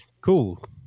cool